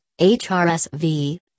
HRSV